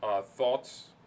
thoughts